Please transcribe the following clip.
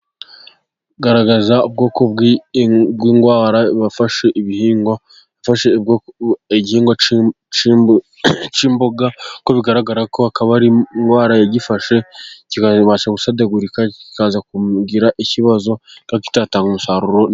Garagaza ubwoko bw'indwara wafashe ibihingwa yafashe igihingwa cy'imboga ,uko bigaragara ko akaba ari indwara gifashe ,kikabasha gusadagurika kikaza kugira ikibazo Kandi kitatanga umusaruro.